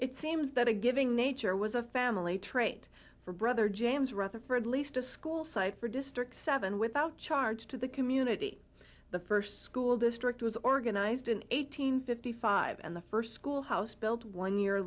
it seems that a giving nature was a family trait for brother james rather for at least a school site for district seven without charge to the community the first school district was organized in eight hundred fifty five and the first school house built one year